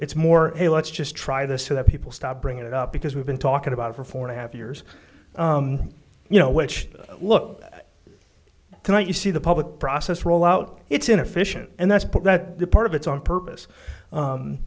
it's more hey let's just try this so that people stop bringing it up because we've been talking about it for four and a half years you know which look cannot you see the public process roll out it's inefficient and that's put that part of it's on purpose